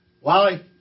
Wally